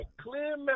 clear